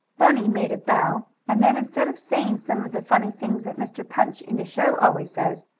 bunny made a bow, and then, instead of saying some of the funny things that mr. punch in the show always says,